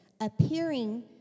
appearing